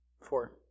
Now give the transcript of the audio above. Four